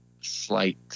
slight